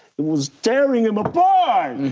it was tearing him apart!